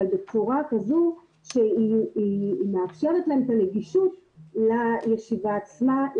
אבל בצורה כזאת שמאפשרת להם את הנגישות לישיבה עצמה,